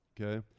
Okay